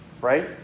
Right